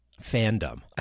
fandom